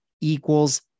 equals